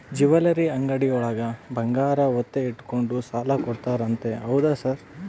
Jewellery ಅಂಗಡಿಯೊಳಗ ಬಂಗಾರ ಒತ್ತೆ ಇಟ್ಕೊಂಡು ಸಾಲ ಕೊಡ್ತಾರಂತೆ ಹೌದಾ ಸರ್?